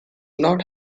not